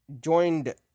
joined